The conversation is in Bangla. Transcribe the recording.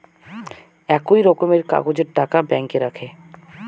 একই রকমের কাগজের টাকা ব্যাঙ্কে রাখে